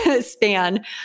span